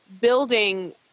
building